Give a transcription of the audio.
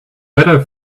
better